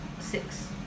six